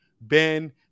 Ben